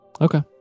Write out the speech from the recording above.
Okay